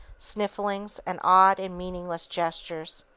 snifflings and odd and meaningless gestures.